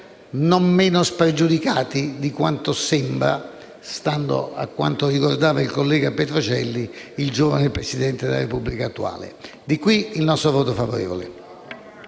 non meno spregiudicati di quanto sembra, stando a quanto ricordava il collega Petrocelli, il giovane Presidente della Repubblica attuale. Di qui il nostro voto favorevole.